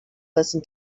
listen